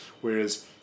Whereas